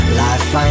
life